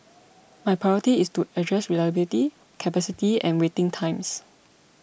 my priority is to address reliability capacity and waiting times